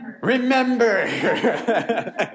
Remember